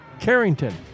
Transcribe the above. Carrington